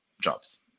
jobs